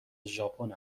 ژاپن